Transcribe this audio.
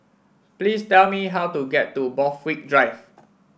please tell me how to get to Borthwick Drive